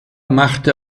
machte